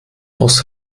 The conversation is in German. aus